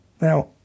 Now